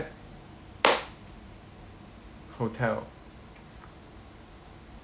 hotel